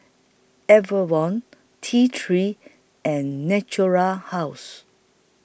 Enervon T three and Natura House